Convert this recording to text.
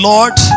Lord